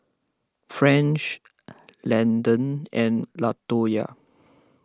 French Landan and Latoya